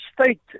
state